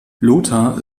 lothar